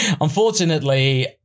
unfortunately